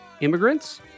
immigrants